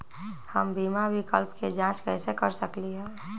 हम बीमा विकल्प के जाँच कैसे कर सकली ह?